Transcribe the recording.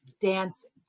dancing